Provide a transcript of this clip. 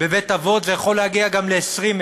בבית אבות זה יכול להגיע גם ל-20,000.